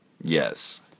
yes